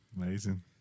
Amazing